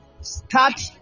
start